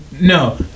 No